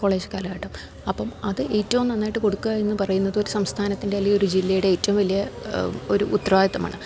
college കാലഘട്ടം അപ്പോള് അത് ഏറ്റവും നന്നായിട്ടു കൊടുക്കുക എന്നു പറയുന്നതൊരു സംസ്ഥാനത്തിൻ്റെ അല്ലെങ്കില് ഒരു ജില്ലയുടെ ഏറ്റവും വലിയ ഒരു ഉത്തരവാദിത്തമാണ്